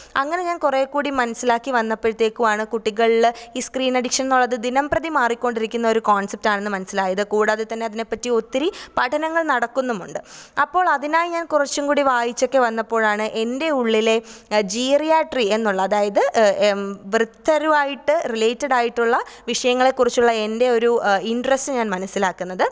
അങ്ങനെ ഞാൻ കുറേ കൂടി മനസ്സിലാക്കി വന്നപ്പോഴത്തേക്കുവാണ് കുട്ടികളിൽ ഈ സ്ക്രീൻ അഡിക്ഷൻ എന്നുള്ളത് ദിനംപ്രതി മാറിക്കൊണ്ടിരിക്കുന്ന ഒരു കോൺസെപ്റ്റ് ആണെന്ന് മനസ്സിലായത് കൂടാതെ തന്നെ അതിനെപ്പറ്റി ഒത്തിരി പഠനങ്ങൾ നടക്കുന്നുമുണ്ട് അപ്പോൾ അതിനായി ഞാൻ കുറച്ചുകൂടി വായിച്ചൊക്കെ വന്നപ്പോഴാണ് എൻ്റെ ഉള്ളിലെ ജീറിയാട്രി എന്നുള്ള അതായത് വൃദ്ധരുവായിട്ട് റിലേറ്റഡ് ആയിട്ടുള്ള വിഷയങ്ങളെക്കുറിച്ചുള്ള എൻ്റെ ഒരു ഇൻട്രസ്റ്റ് ഞാൻ മനസ്സിലാക്കുന്നത്